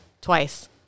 twice